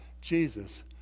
Jesus